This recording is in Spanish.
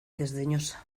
desdeñosa